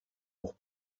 pour